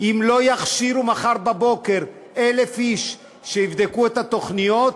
אם לא יכשירו מחר בבוקר 1,000 איש שיבדקו את התוכניות,